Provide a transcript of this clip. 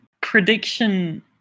prediction